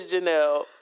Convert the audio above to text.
Janelle